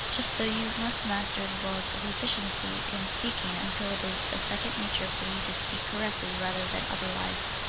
just so you must master the laws of efficiency in speaking until it is a second nature for you to speak correctly rather than otherwise.